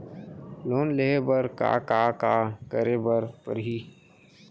Loan लेहे बर का का का करे बर परहि?